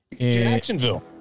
Jacksonville